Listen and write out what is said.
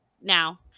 now